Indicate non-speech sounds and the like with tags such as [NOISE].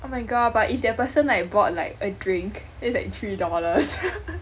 oh my god but if that person like bought like a drink that's like three dollars [LAUGHS]